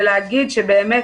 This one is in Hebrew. ולהגיד שבאמת